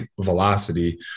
velocity